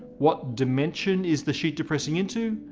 what dimension is the sheet depressing into?